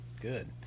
Good